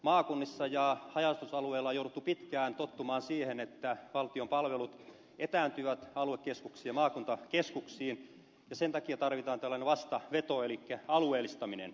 maakunnissa ja haja asutusalueilla on jouduttu pitkään tottumaan siihen että valtion palvelut etääntyvät aluekeskuksiin ja maakuntakeskuksiin ja sen takia tarvitaan tällainen vastaveto elikkä alueellistaminen